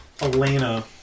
Elena